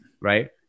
Right